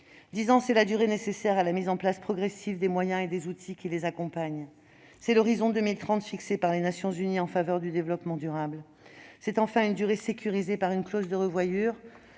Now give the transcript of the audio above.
timide. C'est la durée nécessaire à la mise en place progressive des moyens et des outils qui les accompagnent, c'est l'horizon 2030 fixé par les Nations unies en faveur du développement durable. C'est enfin une durée sécurisée par une clause de revoyure,